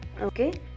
Okay